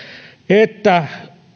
että